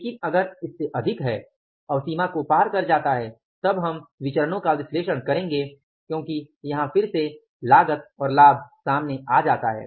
लेकिन अगर इससे अधिक है अवसीमा को पार कर जाता है तब हम विचरणो का विश्लेषण करेंगे क्योंकि यहाँ फिर से लागत और लाभ सामने आ जाता है